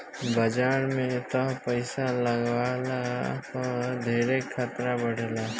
बाजार में तअ पईसा लगवला पअ धेरे खतरा बाटे